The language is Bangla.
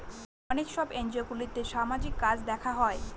অনেক সব এনজিওগুলোতে সামাজিক কাজ দেখা হয়